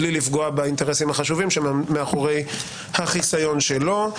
בלי לפגוע באינטרסים החשובים שמאחורי החיסיון שלו.